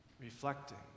Reflecting